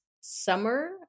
summer